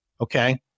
okay